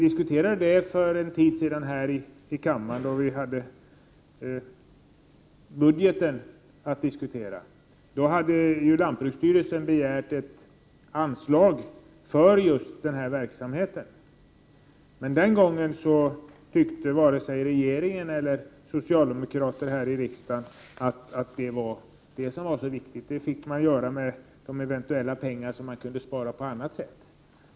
För en tid sedan diskuterade vi dessa frågor här i kammaren i samband med debatten om regeringens budgetförslag. Lantbruksstyrelsen hade då begärt ett anslag för just denna verksamhet. Den gången tyckte varken regeringen eller socialdemokraterna i riksdagen att det var särskilt viktigt, denna informationsverksamhet skulle enligt dem bedrivas med hjälp av medel som eventuellt kunde sparas in på andra områden.